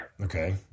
Okay